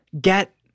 get